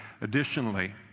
Additionally